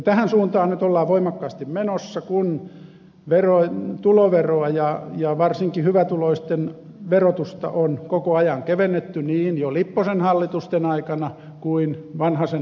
tähän suuntaan ollaan nyt voimakkaasti menossa kun tuloveroa ja varsinkin hyvätuloisten verotusta on koko ajan kevennetty niin jo lipposen hallitusten aikana kuin vanhasen hallitustenkin aikana